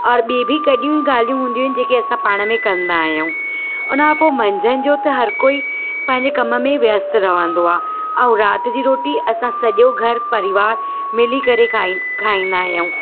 और ॿी बि कहिड़ियूं ॻाल्हियूं हूंदियूं आहिनि जेके असां पाण में कंदा आहियूं उन खां पोइ मंझंदि जो त हर कोई पंहिंजे कम में ई व्यस्त रहंदो आहे ऐं राति जी रोटी असां सॼो घर परिवार मिली करे खाई खाईंदा आहियूं